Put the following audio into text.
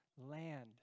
land